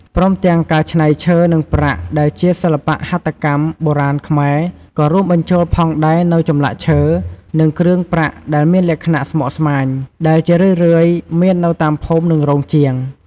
ព្រមទាំងការច្នៃឈើ និងប្រាក់ ដែលជាសិល្បៈហត្ថកម្មបុរាណខ្មែរ ក៏រួមបញ្ចូលផងដែរនូវចម្លាក់ឈើ និងគ្រឿងប្រាក់ដែលមានលក្ខណៈស្មុគស្មាញ ដែលជារឿយៗមាននៅតាមភូមិ និងរោងជាង។